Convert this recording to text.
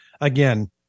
again